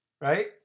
right